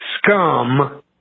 scum